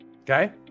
Okay